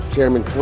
Chairman